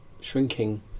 shrinking